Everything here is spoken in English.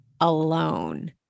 alone